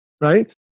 right